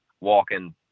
walking